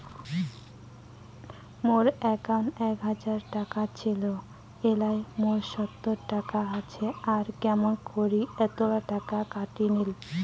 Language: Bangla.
মোর একাউন্টত এক হাজার টাকা ছিল এলা মাত্র সাতশত টাকা আসে আর কেমন করি এতলা টাকা কাটি নিল?